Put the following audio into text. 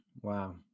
Wow